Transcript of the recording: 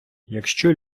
якщо